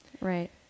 right